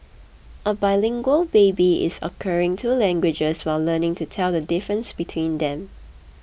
a bilingual baby is acquiring two languages while learning to tell the difference between them